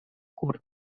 curt